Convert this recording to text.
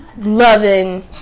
loving